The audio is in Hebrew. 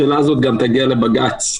השאלה הזאת תגיע לבג"ץ,